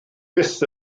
byth